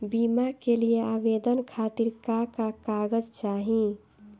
बीमा के लिए आवेदन खातिर का का कागज चाहि?